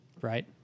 right